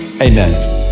amen